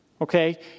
Okay